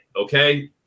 okay